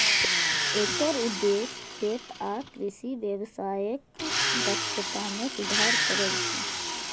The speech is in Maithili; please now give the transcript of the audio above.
एकर उद्देश्य खेत आ कृषि व्यवसायक दक्षता मे सुधार करब छै